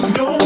no